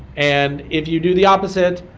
and if you do the opposite,